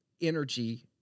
energy